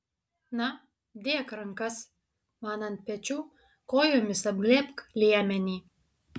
na dėk rankas man ant pečių kojomis apglėbk liemenį